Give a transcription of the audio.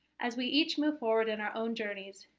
as we each move forward in our own journeys,